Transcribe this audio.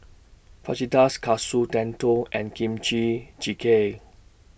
Fajitas Katsu Tendon and Kimchi Jjigae